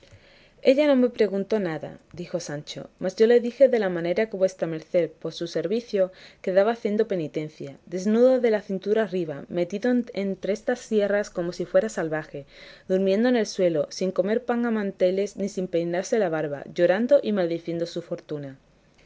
ella no me preguntó nada dijo sancho mas yo le dije de la manera que vuestra merced por su servicio quedaba haciendo penitencia desnudo de la cintura arriba metido entre estas sierras como si fuera salvaje durmiendo en el suelo sin comer pan a manteles ni sin peinarse la barba llorando y maldiciendo su fortuna